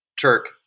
Turk